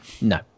no